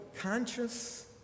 conscious